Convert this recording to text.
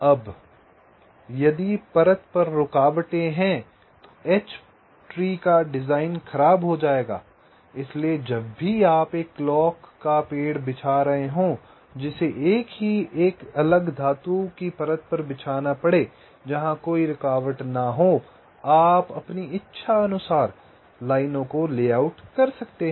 अब यदि परत पर रुकावटें हैं तो एच पेड़ का डिज़ाइन खराब हो जाएगा इसीलिए जब भी आप एक क्लॉक का पेड़ बिछा रहे हों जिसे एक अलग धातु की परत पर बिछाना पड़े जहां कोई रुकावट न हो आप अपनी इच्छानुसार लाइनों को लेआउट कर सकते हैं